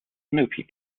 snoopy